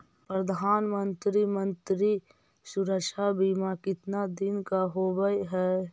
प्रधानमंत्री मंत्री सुरक्षा बिमा कितना दिन का होबय है?